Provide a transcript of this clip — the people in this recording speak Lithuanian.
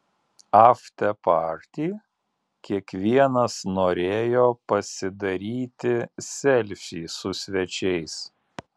afteparty kiekvienas norėjo pasidaryti selfį su svečiais